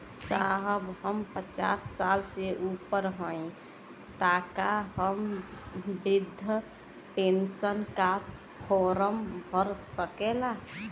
साहब हम पचास साल से ऊपर हई ताका हम बृध पेंसन का फोरम भर सकेला?